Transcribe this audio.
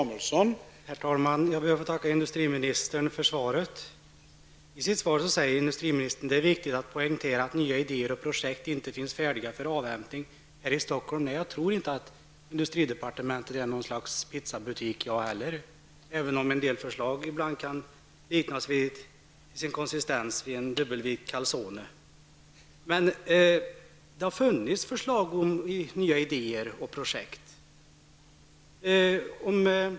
Herr talman! Jag tackar industriministern för svaret. I sitt svar säger industriministern: ''Det är viktigt att poängtera att nya idéer och projekt inte finns färdiga för avhämtning här i Stockholm.'' Nej, inte heller jag tror att industridepartementet är något slags pizzabutik, även om en del förslag till sin konsistens ibland kan liknas vid en dubbelvikt calzone. Det har emellertid funnits nya idéer och projekt.